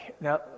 Now